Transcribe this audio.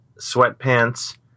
sweatpants